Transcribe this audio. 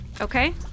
Okay